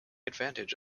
advantage